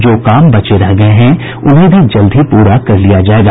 जो काम बचे रह गए हैं उन्हें भी जल्द ही पूरा कर लिया जायेगा